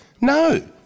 No